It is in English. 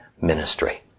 ministry